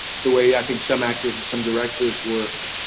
the way i think some actors, some directors work,